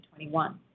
2021